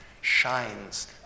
shines